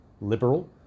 liberal